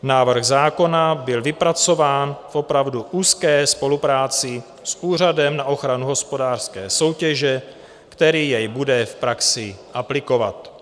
Návrh zákona byl vypracován v opravdu úzké spolupráci s Úřadem na ochranu hospodářské soutěže, který jej bude v praxi aplikovat.